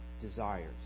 desires